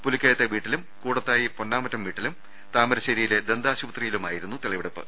പുലിക്കയത്തെ വീട്ടിലും കൂടത്തായി പൊന്നാമറ്റം വീട്ടിലും താമരശേരിയിലെ ദന്താശുപത്രിയിലുമായിരുന്നു തെളിവെടുപ്പ്